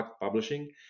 publishing